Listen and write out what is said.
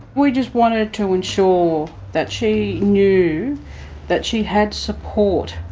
we just wanted to ensure that she knew that she had support,